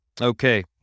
Okay